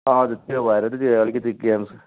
हजुर त्यो भएर चाहिँ अलिकति गेम्स